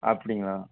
அப்படிங்களா